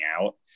out